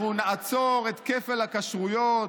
אנחנו נעצור את כפל הכשרויות.